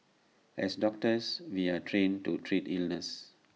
as doctors we are trained to treat illness